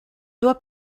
doigts